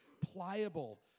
pliable